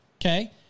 okay